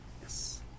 yes